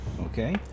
Okay